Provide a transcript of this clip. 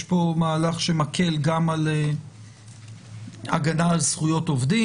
יש פה מהלך שמקל גם על הגנה על זכויות עובדים.